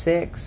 Six